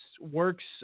works